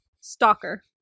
Stalker